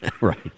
right